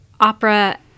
opera